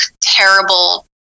terrible